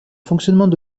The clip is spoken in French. fonctionnement